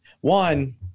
One